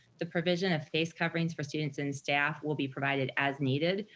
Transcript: the provision of face coverings for students and staff will be provided as needed.